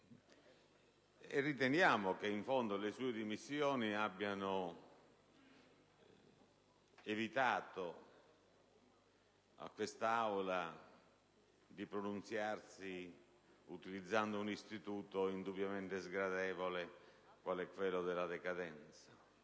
e riteniamo che, in fondo, le sue dimissioni abbiano evitato a quest'Aula di pronunziarsi utilizzando un istituto indubbiamente sgradevole qual è quello della decadenza.